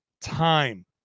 time